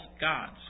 gods